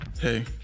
Hey